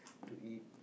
to eat